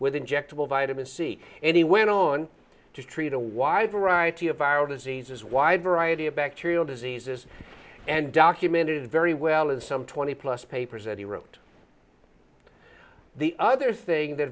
with injectable vitamin c and he went on to treat a wide variety of viral diseases wide variety of bacterial diseases and documented very well in some twenty plus papers that he wrote the other th